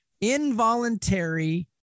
involuntary